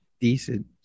decent